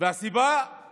והסיבה היא